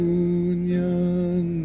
union